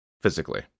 physically